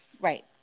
Right